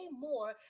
more